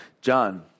John